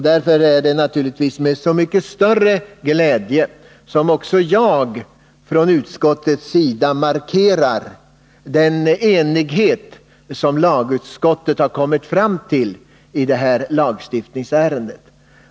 Det är naturligtvis med så mycket större glädje som också jag från utskottets sida markerar den enighet som lagutskottet kommit fram till i detta lagstiftningsärende.